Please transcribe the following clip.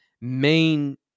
main